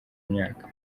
imyaka